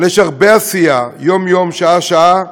אבל יש הרבה עשייה, יום-יום, שעה-שעה,